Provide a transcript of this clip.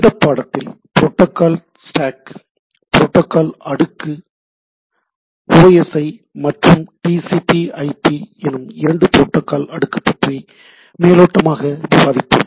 இந்தப் பாடத்தில் protocol stack protocol அடுக்கு ஓஎஸ்ஐ மற்றும் டிசிபிஐபி OSI and TCPIP எனும் இரண்டு புரோட்டோகால் அடுக்கு பற்றி மேலோட்டமாக விவாதிப்போம்